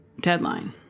deadline